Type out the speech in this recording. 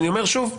אני אומר שוב,